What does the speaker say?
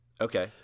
Okay